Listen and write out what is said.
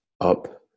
up